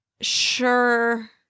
sure